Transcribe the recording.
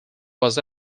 was